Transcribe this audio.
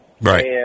Right